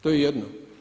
To je jedno.